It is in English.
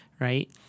Right